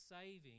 saving